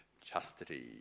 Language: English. chastity